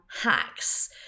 hacks